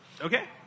Okay